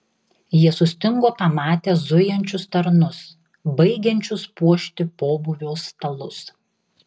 jie sustingo pamatę zujančius tarnus baigiančius puošti pobūvio stalus